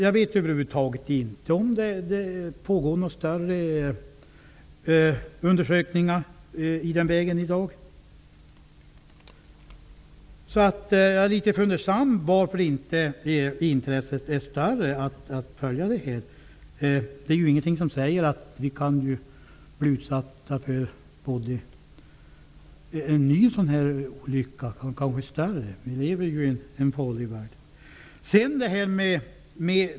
Jag vet över huvud taget inte om det i dag pågår någon större undersökning i den här vägen. Jag är därför litet fundersam över varför intresset för detta inte är större. Det finns ingenting som säger att vi inte kan bli utsatta för en ny, kanske större, olycka. Vi lever ju i en farlig värd.